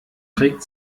trägt